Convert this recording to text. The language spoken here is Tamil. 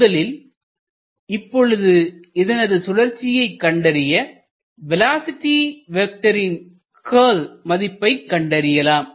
முதலில் இப்பொழுது இதனது சுழற்சியை கண்டறிய வேலோஸிட்டி வெக்டரின் க்கல் மதிப்பை கண்டறியலாம்